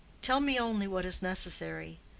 tell me only what is necessary,